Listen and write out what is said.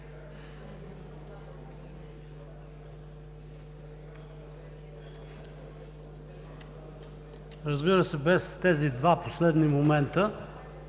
Разбира се, без тези два последни момента,